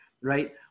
right